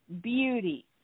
beauty